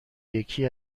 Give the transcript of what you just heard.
یکی